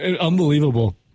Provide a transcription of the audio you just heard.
unbelievable